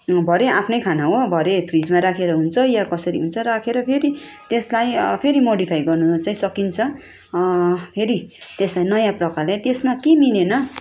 भरे आफ्नै खाना हो भरे फ्रिजमा राखेर हुन्छ या कसरी हुन्छ राखेर फेरि त्यसलाई फेरि मोडिफाई गर्नु चाहिँ सकिन्छ यदि त्यसलाई नयाँ प्रकारले त्यसमा के मिलेन